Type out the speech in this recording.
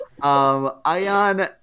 Ion